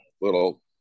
little